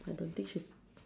I don't think should